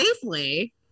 safely